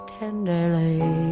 tenderly